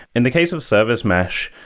in the case of service mesh,